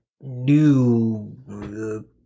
new